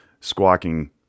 squawking